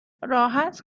راحت